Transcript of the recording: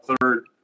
third